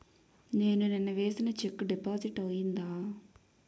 నేను నిన్న వేసిన చెక్ డిపాజిట్ అయిందా?